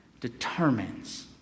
determines